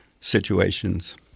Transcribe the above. situations